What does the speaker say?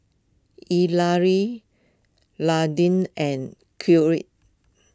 Nadine and